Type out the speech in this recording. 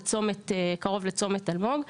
קרוב לצומת אלמוג.